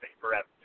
forever